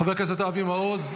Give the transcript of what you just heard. חבר הכנסת אבי מעוז,